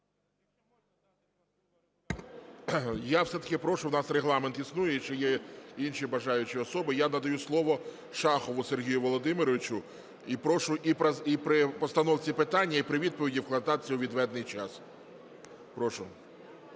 Я все-таки прошу, у нас регламент існує, і ще є інші бажаючі особи. Я надаю слово Шахову Сергію Володимировичу. І прошу при постановці питання, і при відповіді вкладатися у відведений час. Прошу.